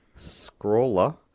Scrawler